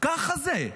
ככה זה.